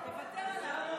תודה רבה.